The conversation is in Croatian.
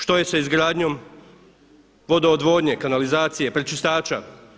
Što je sa izgradnjom vodoodvodnje, kanalizacije, pročistača?